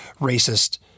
racist